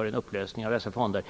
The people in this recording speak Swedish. en upplösning av dessa fonder.